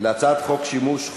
להצעת חוק שימוש,